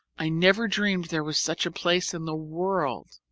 i never dreamed there was such a place in the world.